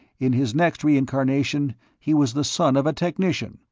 in his next reincarnation, he was the son of a technician,